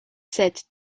sept